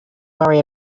worry